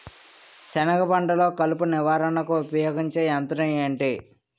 సెనగ పంటలో కలుపు నివారణకు ఉపయోగించే యంత్రం ఏంటి?